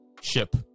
ship